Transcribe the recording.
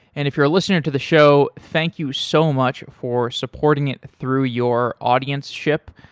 and if you're a listener to the show, thank you so much for supporting it through your audienceship.